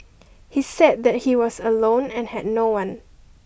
he said that he was alone and had no one